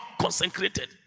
Consecrated